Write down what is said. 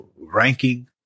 ranking